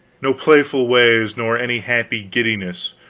no playful ways, nor any happy giddiness,